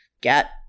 get